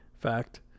fact